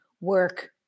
work